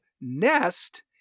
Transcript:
nest